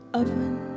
oven